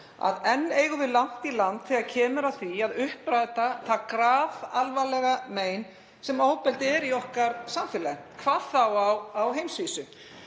að enn eigum við langt í land þegar kemur að því að uppræta það grafalvarlega mein sem ofbeldi er í samfélagi okkar, hvað þá á heimsvísu.